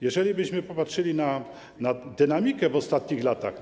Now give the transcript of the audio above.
Jeżelibyśmy popatrzyli na dynamikę w ostatnich latach.